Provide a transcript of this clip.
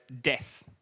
death